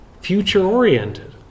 future-oriented